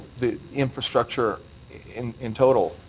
the infrastructure in in total?